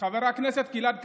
חבר הכנסת גלעד קריב,